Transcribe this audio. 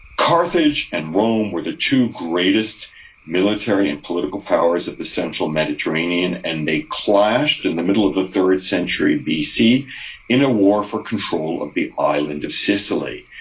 carthage and rome were the two greatest military and political powers of the central mediterranean, and they clashed in the middle of the third century bc in a war for control of the island of sicily.